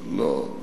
לא.